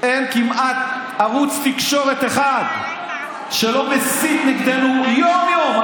אין כמעט ערוץ תקשורת אחד שלא מסית נגדנו יום-יום.